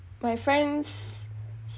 my friends